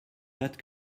dates